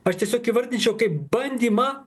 aš tiesiog įvardinčiau kaip bandymą